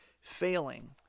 failing